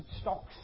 stocks